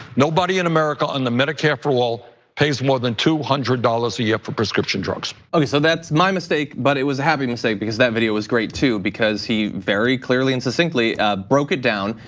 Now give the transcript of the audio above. nobody in america and the medicare for all pays more than two hundred dollars a year for prescription drugs. okay, so that's my mistake, but it was having to say because that video was great too because he very clearly and succinctly broke it down.